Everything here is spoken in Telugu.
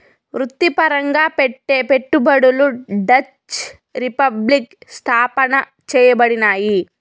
వృత్తిపరంగా పెట్టే పెట్టుబడులు డచ్ రిపబ్లిక్ స్థాపన చేయబడినాయి